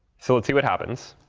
so let's see what happens.